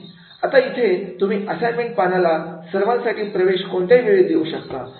आता आता इथे तुम्ही असाइनमेंट पानाला सर्वांसाठी प्रवेश कोणत्याही वेळी देऊ शकता